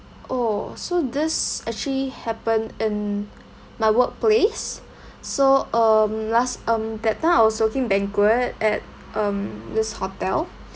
oh so this actually happened in my workplace so um last um that time I was working banquet at um this hotel